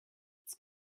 its